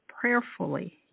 prayerfully